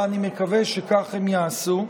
ואני מקווה שכך הם יעשו.